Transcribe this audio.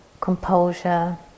composure